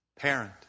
parent